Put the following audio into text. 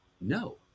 no